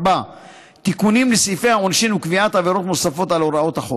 4. תיקונים לסעיפי העונשין וקביעת עבירות נוספות על הוראות החוק,